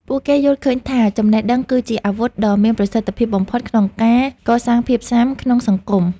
ពួកគេយល់ឃើញថា ចំណេះដឹងគឺជាអាវុធដ៏មានប្រសិទ្ធភាពបំផុតក្នុងការកសាងភាពស៊ាំក្នុងសង្គម។